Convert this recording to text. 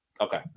Okay